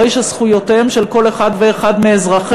הרי זכויותיהם של כל אחד ואחד מאזרחיה,